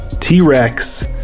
T-Rex